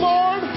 Lord